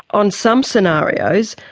on some scenarios,